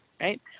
right